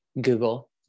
Google